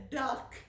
duck